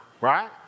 right